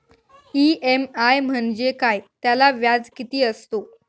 EMI म्हणजे काय? त्याला व्याज किती असतो?